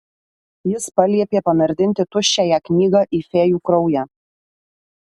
jis paliepė panardinti tuščiąją knygą į fėjų kraują